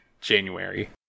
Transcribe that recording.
January